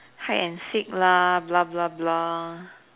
hide and seek lah blah blah blah